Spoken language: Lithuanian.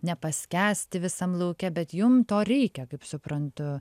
nepaskęsti visam lauke bet jum to reikia kaip suprantu